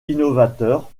innovateur